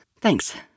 thanks